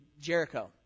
Jericho